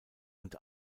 und